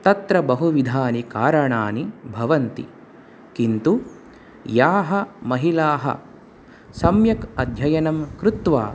तत्र बहुविधानि कारणानि भवन्ति किन्तु याः महिलाः सम्यक् अध्ययनं कृत्वा